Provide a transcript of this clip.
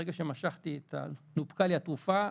ברגע שנופקה לי התרופה,